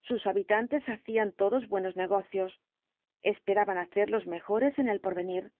sus habitantes hacían todos buenos negocios esperaban hacerlos mejores en el porvenir